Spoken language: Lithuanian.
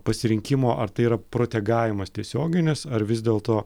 pasirinkimo ar tai yra protegavimas tiesioginis ar vis dėlto